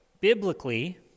Biblically